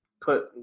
put